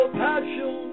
passion